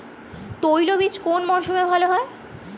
তৈলবীজ কোন মরশুমে ভাল হয়?